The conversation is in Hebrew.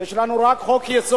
יש לנו רק חוק-יסוד,